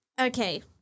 Okay